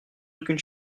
aucune